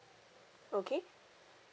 okay